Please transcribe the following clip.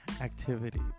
Activity